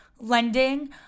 lending